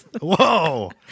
Whoa